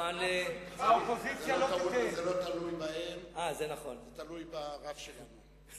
זה לא תלוי בהם, זה תלוי ברב שלנו.